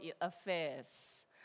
affairs